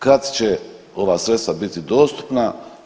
Kad će ova sredstva biti dostupna?